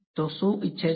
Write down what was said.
તુ શુ ઇચ્છે છે